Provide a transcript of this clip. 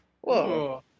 Whoa